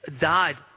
died